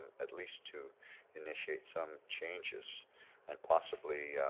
at least to initiate some changes and possibly